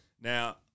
Now